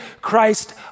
Christ